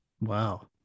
wow